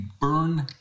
burn